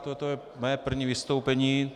Toto je mé první vystoupení.